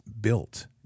built